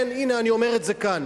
כן, הנה, אני אומר את זה כאן.